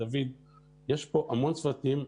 יש המון צוותים פה,